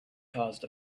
caused